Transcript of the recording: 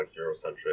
Eurocentric